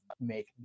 make